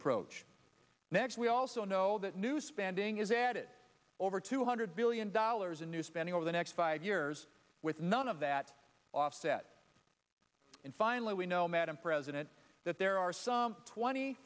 approach next we also know that new spending is added over two hundred billion dollars in new spending over the next five years with none of that offset and finally we know madam president that there are some twenty